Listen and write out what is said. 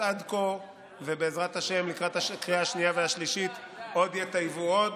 עד כה ובעזרת השם לקראת הקריאה השנייה והשלישית יטייבו עוד,